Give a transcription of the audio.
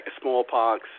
smallpox